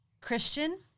christian